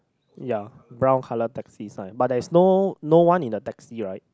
ya brown colour taxi sign but there is no no one in the taxi right